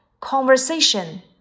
conversation